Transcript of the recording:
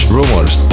Rumors